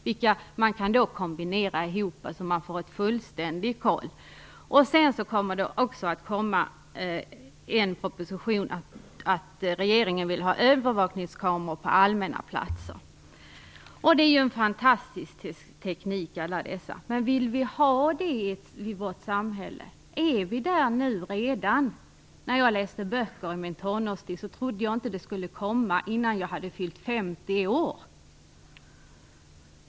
Dessa båda kan kombineras så att man får fullständig kontroll. Vidare kommer det en proposition om att regeringen vill ha övervakningskameror på allmänna platser. Allt det här är ju en fantastisk teknik. Men vill vi ha det så i vårt samhälle, och är vi redan där? När jag som tonåring läste böcker trodde jag inte sådant här skulle komma innan jag hade fyllt 50 år.